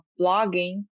blogging